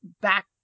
back